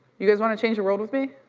you guys want to change the world with me?